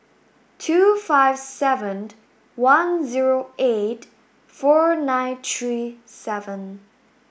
two five seven one zero eight four nine three seven